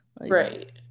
Right